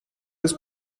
des